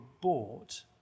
bought